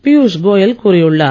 பியூஷ் கோயல் கூறியுள்ளார்